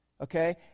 okay